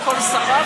מכל שריו,